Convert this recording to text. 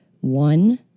one